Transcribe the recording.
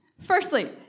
Firstly